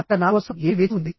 అక్కడ నాకోసం ఏమి వేచి ఉంది